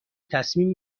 تصمیم